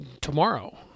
tomorrow